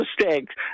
mistakes